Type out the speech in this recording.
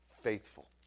faithful